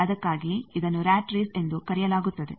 ಆದಕ್ಕಾಗಿಯೇ ಇದನ್ನು rat race ಎಂದು ಕರೆಯಲಾಗುತ್ತದೆ